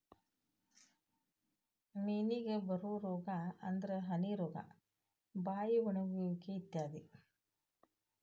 ಮೇನಿಗೆ ಬರು ರೋಗಾ ಅಂದ್ರ ಹನಿ ರೋಗಾ, ಬಾಯಿ ಒಣಗುವಿಕೆ ಇತ್ಯಾದಿ